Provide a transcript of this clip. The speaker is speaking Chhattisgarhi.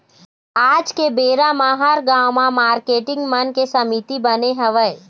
आज के बेरा म हर गाँव म मारकेटिंग मन के समिति बने हवय